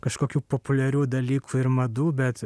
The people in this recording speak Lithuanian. kažkokių populiarių dalykų ir madų bet